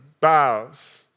bows